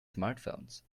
smartphones